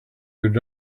would